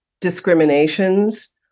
discriminations